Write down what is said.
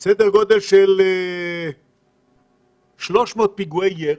יש בדוח סדר גודל של 300 פיגועי ירי.